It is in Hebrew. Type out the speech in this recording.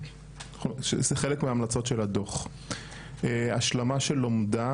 כחלק מההמלצות של הדו"ח תהיינה השלמה של לומדה